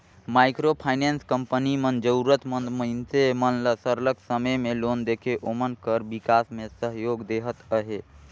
micro finance company मन जरूरत मंद मइनसे मन ल सरलग समे में लोन देके ओमन कर बिकास में सहयोग देहत अहे